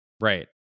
Right